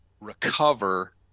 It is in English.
recover